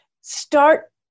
start